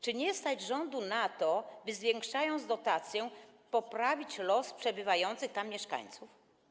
Czy rządu nie stać na to, by zwiększając dotację, poprawić los przebywających tam mieszkańców?